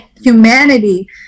humanity